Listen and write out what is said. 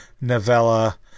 novella